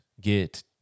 get